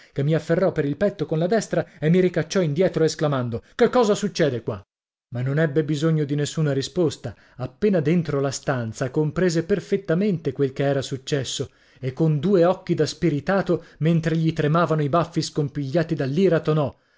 che mi afferrò per il petto con la destra e mi ricacciò indietro esclamando che cosa succede qua ma non ebbe bisogno di nessuna risposta appena dentro la stanza comprese perfettamente quel che era successo e con due occhi da spiritato mentre gli tremavano i baffi scompigliati dall'ira tonò